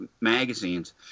magazines